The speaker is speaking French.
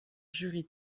jury